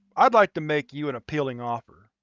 i'd like to make you an appealing offer.